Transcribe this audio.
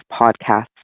podcasts